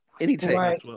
anytime